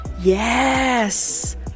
Yes